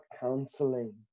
counseling